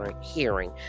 hearing